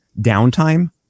downtime